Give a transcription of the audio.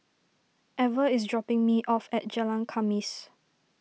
Ever is dropping me off at Jalan Khamis